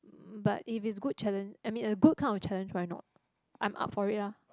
but if it's good challenge I mean a good kind of challenge why not I'm up for it lah